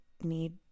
need